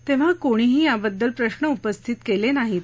तेव्हा कोणीही याबद्दल प्रश्न उपस्थित केले नाहीत